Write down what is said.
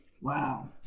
Wow